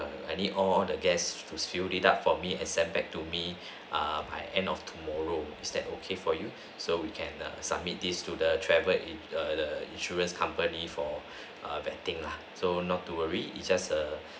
I need all of the guests to fill it up for me and send back to me err by end of tomorrow is that okay for you so we can err submit this to the travel the the insurance company for err bad thing lah so not to worry it's just err